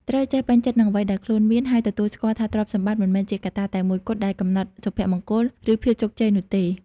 ត្រូវចេះពេញចិត្តនឹងអ្វីដែលខ្លួនមាន ហើយទទួលស្គាល់ថាទ្រព្យសម្បត្តិមិនមែនជាកត្តាតែមួយគត់ដែលកំណត់សុភមង្គល ឬភាពជោគជ័យនោះទេ។